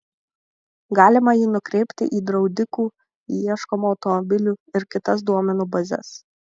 galima jį nukreipti į draudikų į ieškomų automobilių ir kitas duomenų bazes